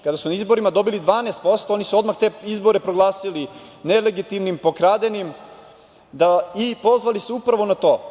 Kada su na izborima dobili 12% oni su odmah te izbore proglasili nelegitimnim, pokradenim i pozvali se upravu na to.